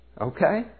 okay